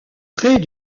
près